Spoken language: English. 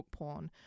bookporn